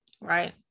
Right